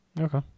Okay